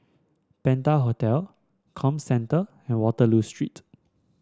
Penta Hotel Comcentre and Waterloo Street